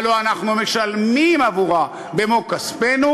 הלוא אנחנו משלמים עבורה במו-כספנו,